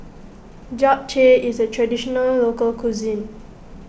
Japchae is a Traditional Local Cuisine